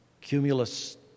cumulus